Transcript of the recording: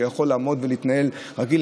שיכול לעמוד ולהתנהל רגיל,